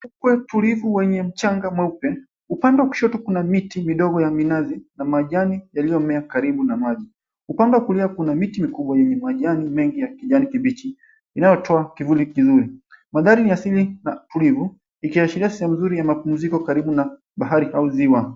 Ufukwe tulivu wenye mchanga mweupe. Upande wa kushoto kuna miti midogo ya minazi, na majani yaliyo miaka karibu na maji. Upande wa kulia kuna miti mikubwa yenye majani mengi ya kijani kibichi, inayotoa kivuli kizuri. Manthari ni asili na tulivu, ikiashiria sehemu nzuri ya mapumziko karibu na bahari au ziwa.